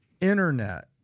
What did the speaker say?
Internet